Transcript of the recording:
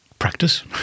practice